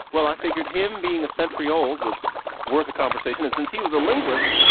well, i figured him being a century old was worth a conversation. and since he was a linguist,